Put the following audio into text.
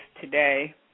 today